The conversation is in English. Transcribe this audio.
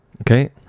Okay